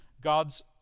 God's